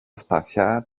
σπαθιά